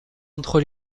entre